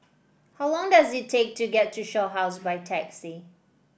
how long does it take to get to Shaw House by taxi